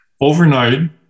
Overnight